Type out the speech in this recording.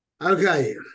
Okay